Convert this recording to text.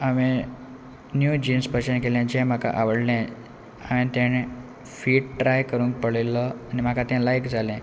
हांवें new jeans purchase केलें जें म्हाका आवडलें हांवें तेणे फीट ट्राय करूंक पळयल्लो आनी म्हाका तें लायक जालें